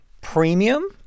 premium